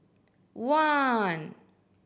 one